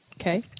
Okay